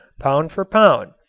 pound for pound,